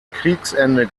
kriegsende